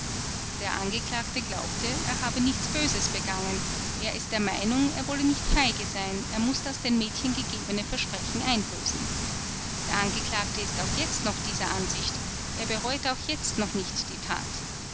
der angeklagte glaubte er habe nichts böses begangen er ist der meinung er wollte nicht feige sein er mußte das den mädchen gegebene versprechen einlösen der angeklagte ist auch jetzt noch dieser ansicht er bereut auch jetzt noch nicht die tat